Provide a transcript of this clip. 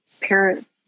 parent